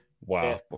Wow